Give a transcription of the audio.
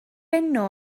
enw